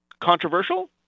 controversial